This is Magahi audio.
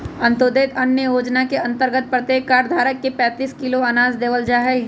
अंत्योदय अन्न योजना के अंतर्गत प्रत्येक कार्ड धारक के पैंतीस किलो अनाज देवल जाहई